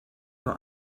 nur